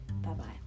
Bye-bye